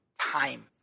time